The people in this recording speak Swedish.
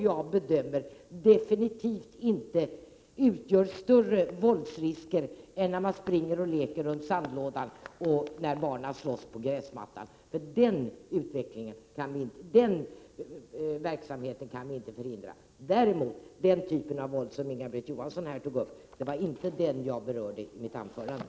Jag bedömer definitivt inte våldsriskerna härvidlag som större än våldsriskerna när man springer och leker runt sandlådan och när barnen slåss på gräsmattan. Den verksamheten kan vi inte förhindra. Däremot kan vi förhindra den typ av våld som Inga-Britt Johansson här talade om, men det var inte detta som jag berörde i mitt anförande.